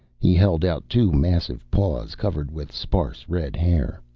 he held out two massive paws covered with sparse red hair.